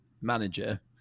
manager